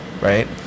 right